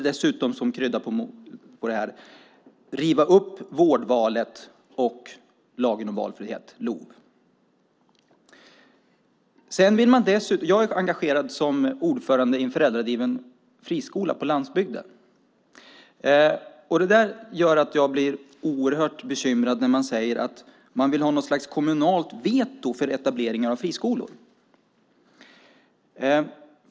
Dessutom vill man riva upp vårdvalet och lagen om valfrihet, LOV. Jag är engagerad som ordförande i en föräldradriven friskola på landsbygden. Det gör att jag blir oerhört bekymrad när man säger att man vill ha något slags kommunalt veto för etableringar av friskolor.